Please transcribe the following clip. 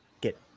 get